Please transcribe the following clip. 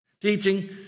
Teaching